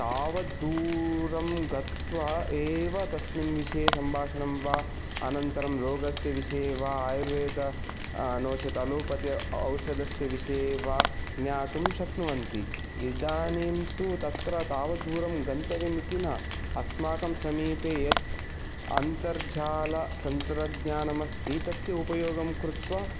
तावत् दूरं गत्वा एव तस्मिन् विषये सम्भाषणं वा अनन्तरं रोगस्य विषये वा आयुर्वेदः नो चेत् आलोपति औषधस्य विषये वा ज्ञातुं शक्नुवन्ति इदानिं तु तत्र तावत् दूरं गन्तव्यम् इति न अस्माकं समीपे यत् अन्तर्जालतन्त्रज्ञानम् अस्ति तस्य उपयोगं कृत्वा